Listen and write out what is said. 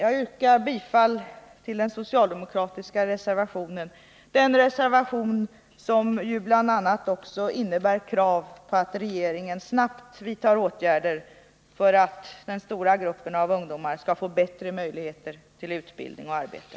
Jag yrkar bifall till den socialdemokratiska reservation som bl.a. också innebär krav på att regeringen snabbt vidtar åtgärder för att den stora gruppen av ungdomar skall få bättre möjligheter till utbildning och arbete.